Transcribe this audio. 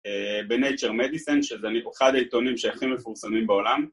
ב nature medicine, שזה אחד העיתונים שהכי מפורסמים בעולם